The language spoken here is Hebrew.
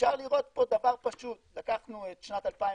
אפשר לראות פה דבר פשוט, לקחנו את שנת 2021,